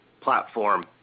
platform